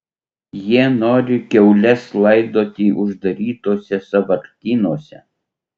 jie nori kiaules laidoti uždarytuose sąvartynuose